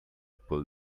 pull